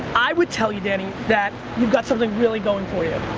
i would tell you, danny, that you got something really going for you.